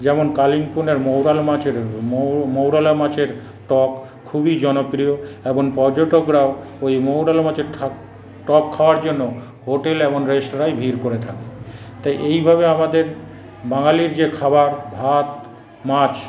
যেমন কালিম্পংয়ের মৌরালা মাছের মৌ মৌরালা মাছের টক খুবই জনপ্রিয় এবং পর্যটকরাও ওই মৌরালা মাছের টক খাওয়ার জন্য হোটেল এবং রেস্তোরাঁয় ভিড় করে থাকে তা এইভাবে আমাদের বাঙ্গালির যে খাবার ভাত মাছ